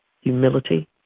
humility